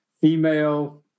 female